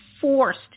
forced